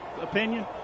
opinion